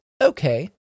okay